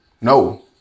no